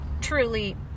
truly